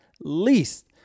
least